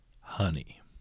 Honey